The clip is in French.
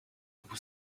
vous